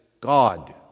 God